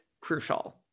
crucial